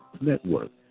Network